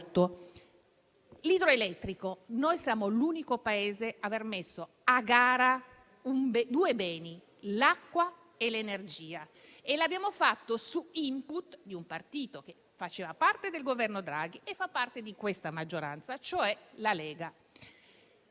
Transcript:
L'idroelettrico: noi siamo l'unico Paese ad aver messo a gara due beni, l'acqua e l'energia, e l'abbiamo fatto su *input* di un partito che faceva parte del Governo Draghi e fa parte di questa maggioranza, cioè la Lega.